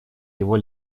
его